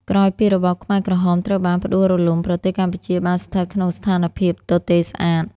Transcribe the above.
ក្រោយពីរបបខ្មែរក្រហមត្រូវបានផ្តួលរំលំ ប្រទេសកម្ពុជាបានស្ថិតក្នុងស្ថានភាពទទេស្អាត។